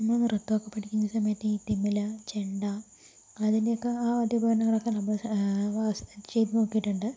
അന്ന് നൃത്തമൊക്കെ പഠിക്കുന്ന സമയത്ത് ഈ തിമില ചെണ്ട അതിൻ്റെ ഒക്കെ ആ വാദ്യോപകരണങ്ങളൊക്കെ നമ്മൾ വാ സ് ചെയ്ത് നോക്കിയിട്ടുണ്ട്